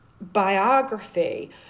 biography